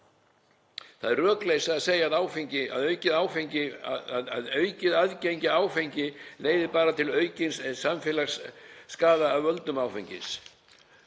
Það er rökleysa að segja að aukið aðgengi að áfengi leiði bara til aukins samfélagsskaða af völdum áfengis.